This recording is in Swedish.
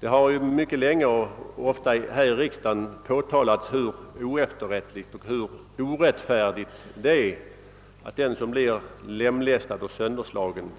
Det har sedan länge och ofta här i riksdagen påtalats hur oefterrättligt och orättfärdigt det är att den som blir lemlästad och sönderslagen